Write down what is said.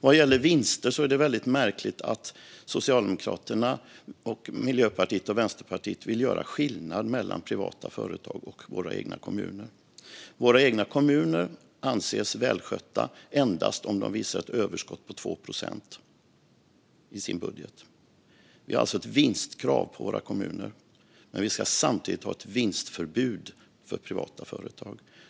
Vad gäller vinster är det märkligt att Socialdemokraterna, Miljöpartiet och Vänsterpartiet vill göra skillnad mellan privata företag och våra kommuner. Våra kommuner anses välskötta endast om de visar ett överskott på 2 procent i sin budget. Det är alltså ett vinstkrav på våra kommuner, men vi ska samtidigt ha ett vinstförbud för privata företag.